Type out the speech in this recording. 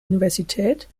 universität